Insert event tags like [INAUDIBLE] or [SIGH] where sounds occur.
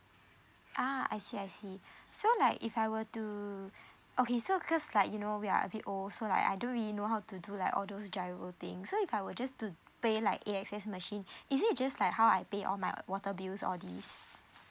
ah I see I see so like if I were to okay so cause like you know we are a bit old so like I don't really know how to do like all those giro thing so if I were just to pay like A_X_S machine [BREATH] is it just like how I pay all my water bills all these